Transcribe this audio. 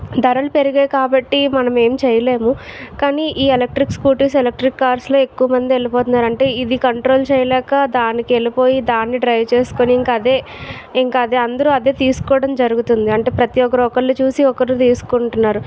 ధరలు పెరిగాయి కాబట్టి మనం ఏం చేయలేము కానీ ఈ ఎలక్ట్రిక్ స్కూటీస్ ఎలక్ట్రిక్ కార్స్ లో ఎక్కువ మంది వెళ్ళిపోతున్నారు అంటే ఇది కంట్రోల్ చేయలేక దానికి వెళ్ళిపోయి దాన్ని డ్రైవ్ చేసుకుని ఇంకా అదే ఇంకా అదే అందరు అదే తీసుకోవడం జరుగుతుంది అంటే ప్రతి ఒక్కరూ ఒక్కళ్ళు చూసి ఒకరు తీసుకుంటున్నారు